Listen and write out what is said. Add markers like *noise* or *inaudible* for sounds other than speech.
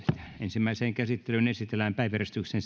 ensimmäiseen käsittelyyn esitellään päiväjärjestyksen *unintelligible*